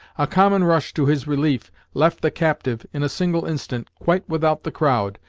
a common rush to his relief left the captive, in a single instant, quite without the crowd,